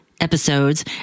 episodes